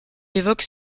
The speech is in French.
évoque